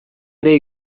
ere